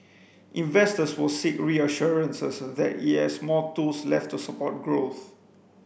investors will seek reassurances that it has more tools left to support growth